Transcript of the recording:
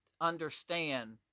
understand